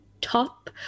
top